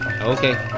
okay